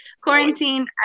Quarantine